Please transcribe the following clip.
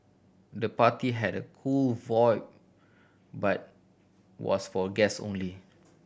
the party had a cool vibe but was for guest only